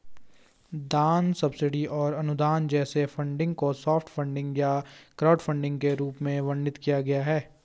दान सब्सिडी और अनुदान जैसे फंडिंग को सॉफ्ट फंडिंग या क्राउडफंडिंग के रूप में वर्णित किया गया है